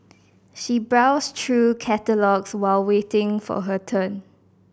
she browsed through catalogues while waiting for her turn